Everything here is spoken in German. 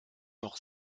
noch